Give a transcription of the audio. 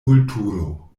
vulturo